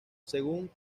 según